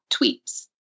tweets